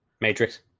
Matrix